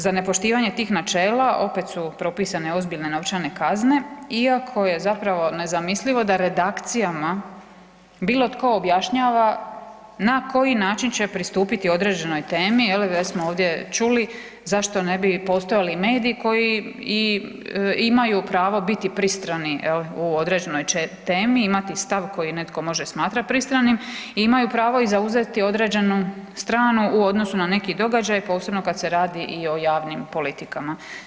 Za nepoštivanje tih načela, opet su propisane ozbiljne novčane kazne iako je zapravo nezamislivo da redakcijama bilo tko objašnjava na koji način će pristupiti određenoj temi, već smo ovdje čuli, zašto ne bi postojali mediji koji imaju pravo biti pristrani u određenoj temi, imati stav koji netko može smatrati pristranim, imaju pravo i zauzeti određenu stranu u odnosu na neki događaj, posebno kad se radi i o javnim politikama.